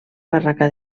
barraca